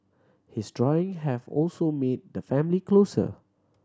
his drawing have also made the family closer